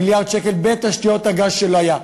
כמו 2.5 מיליארד שקל השקעה בתשתיות הגז של הים,